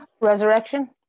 Resurrection